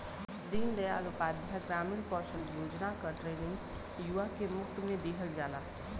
दीन दयाल उपाध्याय ग्रामीण कौशल योजना क ट्रेनिंग युवा के मुफ्त में दिहल जाला